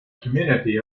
community